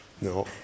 No